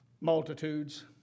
Multitudes